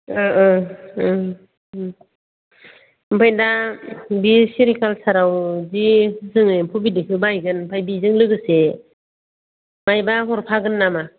ओह ओह ओह उम आमफ्राय दा बियो सेरिकालसाराव जे जोंनो एम्फौ बिदैखौ बायहैगोन आमफ्राय बिजों लोगोसे माइबा हरफागोन नामा